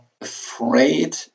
afraid